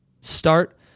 Start